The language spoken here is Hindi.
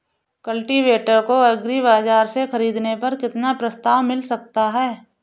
कल्टीवेटर को एग्री बाजार से ख़रीदने पर कितना प्रस्ताव मिल सकता है?